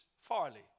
Farley